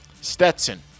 Stetson